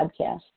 podcast